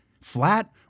flat